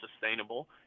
sustainable